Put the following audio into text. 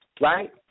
Right